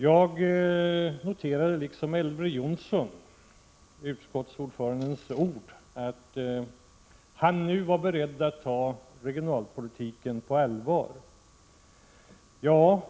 Jag noterade liksom Elver Jonsson utskottsordförandens ord, att han nu var beredd att ta regionalpolitiken på allvar.